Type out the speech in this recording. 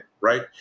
Right